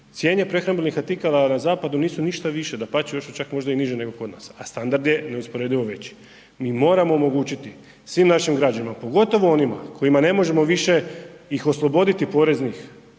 cijene prehrambenih artikala na zapadu nisu ništa više, dapače još su čak možda i niže nego kod nas, a standard je neusporedivo veći. Mi moramo omogućiti svim našim građanima, pogotovo onima koje ne možemo više osloboditi poreznih